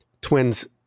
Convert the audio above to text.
Twins